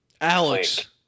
Alex